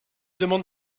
demande